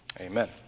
Amen